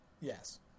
Yes